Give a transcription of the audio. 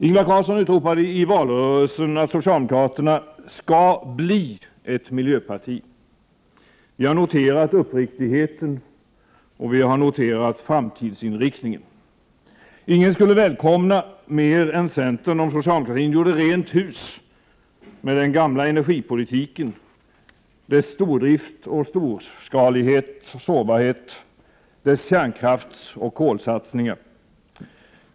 Ingvar Carlsson utropade i valrörelsen att socialdemokraterna skall bli ett miljöparti. Vi har noterat uppriktigheten och framtidsinriktningen. Ingen skulle välkomna mer än centern om socialdemokratin gjorde rent hus med den gamla energipolitiken, dess stordrift, storskalighet, sårbarhet, dess kärnkraftsoch kolsatsningar.